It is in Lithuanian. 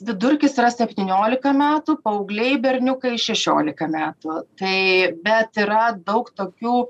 vidurkis yra septyniolika metų paaugliai berniukai šešiolika metų tai bet yra daug tokių